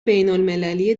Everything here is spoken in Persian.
بینالمللی